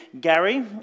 Gary